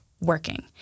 working